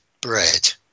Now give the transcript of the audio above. bread